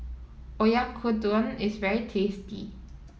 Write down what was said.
Oyakodon is very tasty